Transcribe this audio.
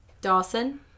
Dawson